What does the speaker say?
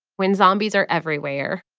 when zombies are everywhere,